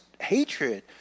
hatred